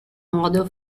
model